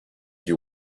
you